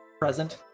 Present